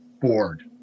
board